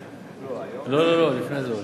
לא לא, לפני זה עוד.